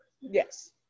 Yes